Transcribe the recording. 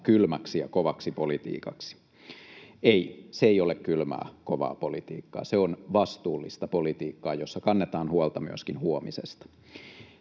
kylmäksi ja kovaksi politiikaksi. Ei, se ei ole kylmää, kovaa politiikkaa. Se on vastuullista politiikkaa, jossa kannetaan huolta myöskin huomisesta.